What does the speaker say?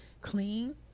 clean